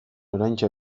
oraintxe